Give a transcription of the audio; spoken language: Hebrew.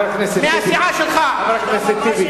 מהסיעה שלך, חבר הכנסת טיבי.